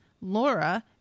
Laura